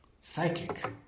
Psychic